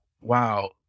wow